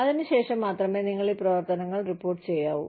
അതിനുശേഷം മാത്രമേ നിങ്ങൾ ഈ പ്രവർത്തനങ്ങൾ റിപ്പോർട്ട് ചെയ്യാവൂ